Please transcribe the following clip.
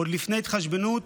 עוד לפני התחשבנות